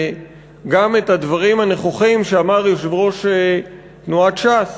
גם את הדברים הנכוחים שאמר יושב-ראש תנועת ש"ס